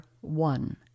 one